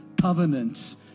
covenant